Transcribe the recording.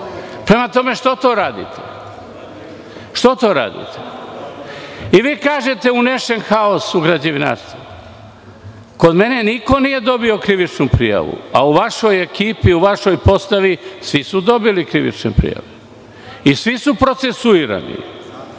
Prema tome, što to radite? Vi kažete - unešen haos u građevinarstvo. Kod mene niko nije dobio krivičnu prijavu, a u vašoj ekipi u našoj postavi svi su dobili krivične prijave i svi su procesuirani.